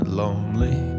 lonely